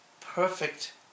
perfect